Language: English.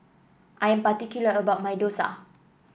I'm particular about my dosa